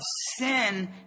sin